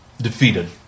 Defeated